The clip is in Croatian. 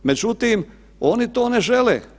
Međutim, oni to ne žele.